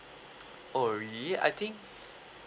oh really I think